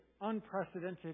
unprecedented